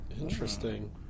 Interesting